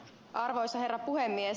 arvoisa herra puhemies